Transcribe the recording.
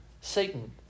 Satan